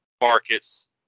markets